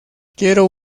quiero